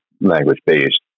language-based